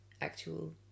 actual